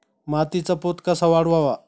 मातीचा पोत कसा वाढवावा?